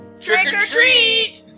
Trick-or-treat